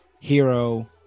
Hero